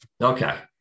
Okay